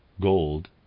Gold